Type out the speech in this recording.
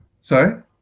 Sorry